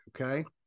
Okay